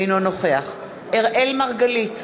אינו נוכח אראל מרגלית,